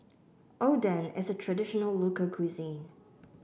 Oden is a traditional local cuisine